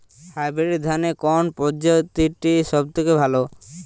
Hybrid ধানের কোন প্রজীতিটি সবথেকে ভালো?